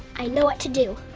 i know what to do.